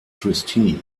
christine